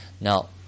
Now